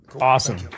Awesome